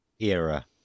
era